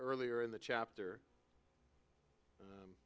earlier in the chapter